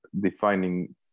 defining